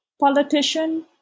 politician